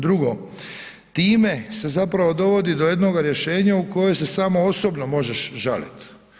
Drugo, time se zapravo dovodi do jednoga rješenja u kojem se samo osobno možeš žaliti.